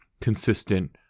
consistent